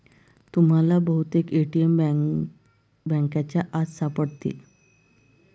तुम्हाला बहुतेक ए.टी.एम बँकांच्या आत सापडतील